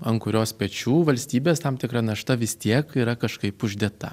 ant kurios pečių valstybės tam tikra našta vis tiek yra kažkaip uždėta